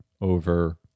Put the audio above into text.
over